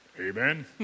Amen